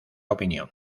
opinión